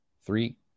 Three